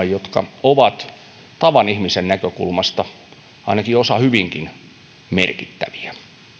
jotka ovat tavan ihmisen näkökulmasta ainakin osa hyvinkin merkittäviä